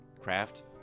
craft